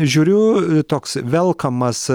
žiūriu toks velkamas